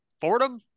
Fordham